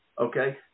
okay